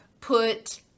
put